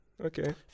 Okay